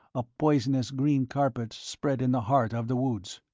a poisonous green carpet spread in the heart of the woods.